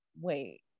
wait